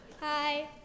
Hi